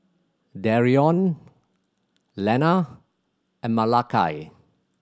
Darion Lena and Malakai